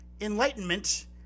enlightenment